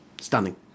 stunning